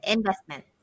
Investment